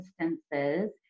instances